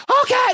okay